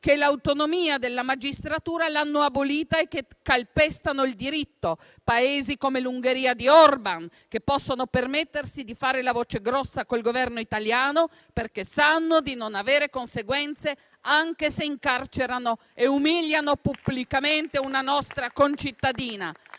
che l'autonomia della magistratura l'hanno abolita e che calpestano il diritto; Paesi come l'Ungheria di Orbán, che possono permettersi di fare la voce grossa col Governo italiano perché sanno di non avere conseguenze, anche se incarcerano e umiliano pubblicamente una nostra concittadina.